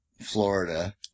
Florida